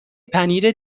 پنیر